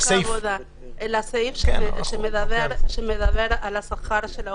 מתייחסת לסעיף שמדבר על השכר של העובדים,